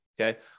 Okay